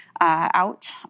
out